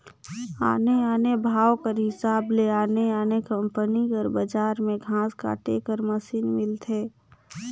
आने आने भाव कर हिसाब ले आने आने कंपनी कर बजार में घांस काटे कर मसीन मिलथे